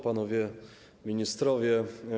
Panowie Ministrowie!